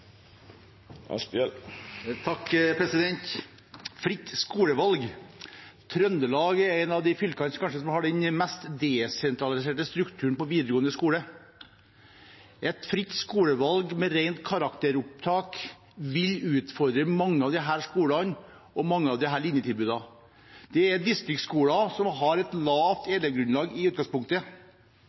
fritt skolevalg. Trøndelag er et av de fylkene som kanskje har den mest desentraliserte strukturen for videregående skole. Et fritt skolevalg med rent karakteropptak vil utfordre mange av disse skolene og mange av linjetilbudene. Dette er distriktsskoler som har et lavt elevgrunnlag i utgangspunktet,